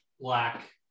black